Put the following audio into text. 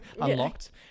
unlocked